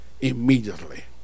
immediately